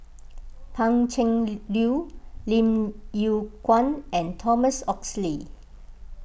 Pan Cheng Lui Lim Yew Kuan and Thomas Oxley